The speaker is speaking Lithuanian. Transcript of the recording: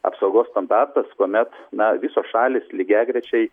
apsaugos standartas kuomet na visos šalys lygiagrečiai